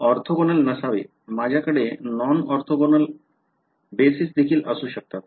orthogonal नसावे माझ्याकडे non orthogonal आधार देखील असू शकतात